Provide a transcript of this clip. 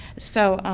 so,